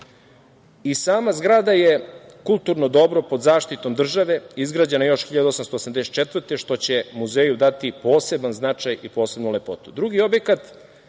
muzej. Sama zgrada je kulturno dobro pod zaštitom države, izgrađena još 1884. godine, što će muzeju dati poseban značaj i posebnu lepotu.